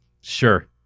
Sure